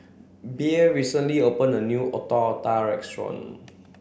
Bea recently opened a new Otak otak Restaurant